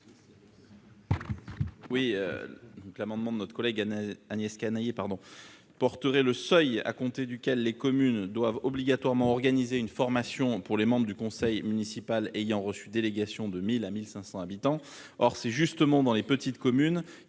? L'amendement vise à porter le seuil à compter duquel les communes doivent obligatoirement organiser une formation pour les membres du conseil municipal ayant reçu délégation de 1 000 à 1 500 habitants. Or c'est justement dans les petites communes,